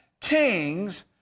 king's